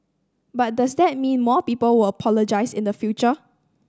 but does that mean more people will apologise in the future